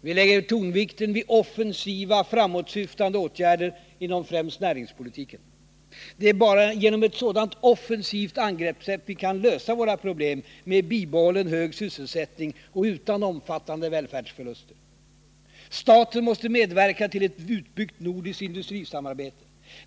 Vi lägger tonvikten vid offensiva, framåtsyftande åtgärder inom främst näringspolitiken. Det är bara genom ett sådant offensivt angreppssätt vi kan lösa våra problem med bibehållen hög sysselsättning och utan omfattande välfärdsförluster. Staten måste medverka till ett utbyggt nordiskt industrisamarbete.